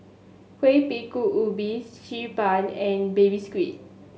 Kuih Bingka Ubi Xi Ban and Baby Squid